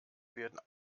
werden